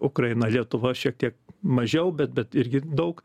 ukrainą lietuva šiek tiek mažiau bet bet irgi daug